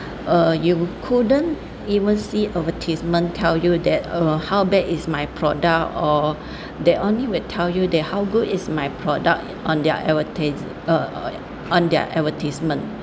uh you couldn't even see advertisement tell you that uh how bad is my product or they only will tell you that how good is my product on their advertise~ uh on their advertisement